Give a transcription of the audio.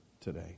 today